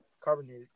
carbonated